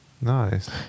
Nice